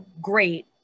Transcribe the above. great